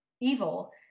evil